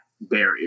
barrier